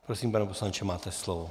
Prosím, pane poslanče, máte slovo.